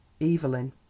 Evelyn